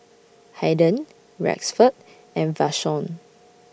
Haiden Rexford and Vashon